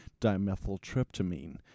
dimethyltryptamine